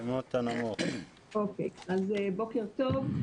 בוקר טוב,